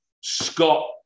Scott